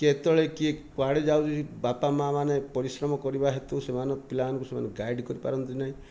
କେତେବେଳେ କିଏ କୁଆଡ଼େ ଯାଉଛି ବାପା ମା ମାନେ ପରିଶ୍ରମ କରିବା ହେତୁ ସେମାନେ ପିଲା ମାନଙ୍କୁ ଭଲ ଭାବରେ ଗାଇଡ଼୍ କରି ପାରୁନାହାଁନ୍ତି